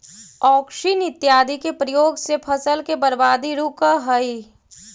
auxin इत्यादि के प्रयोग से फसल के बर्बादी रुकऽ हई